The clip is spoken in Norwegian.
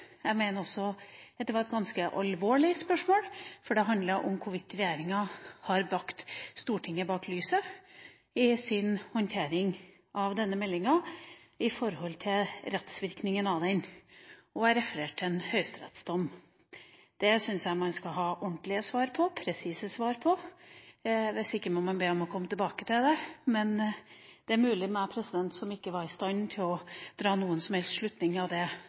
Jeg mener også at det var et ganske alvorlig spørsmål, for det handler om hvorvidt regjeringa har ført Stortinget bak lyset i sin håndtering av denne meldinga når det gjelder rettsvirkningen av den – og jeg refererte til en høyesterettsdom. Det syns jeg man skal ha ordentlige og presise svar på. Hvis ikke må man be om å få komme tilbake til det. Men det er mulig at det er jeg som ikke var i stand til å dra noen som helst slutning av det